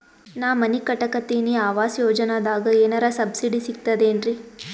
ನಾ ಮನಿ ಕಟಕತಿನಿ ಆವಾಸ್ ಯೋಜನದಾಗ ಏನರ ಸಬ್ಸಿಡಿ ಸಿಗ್ತದೇನ್ರಿ?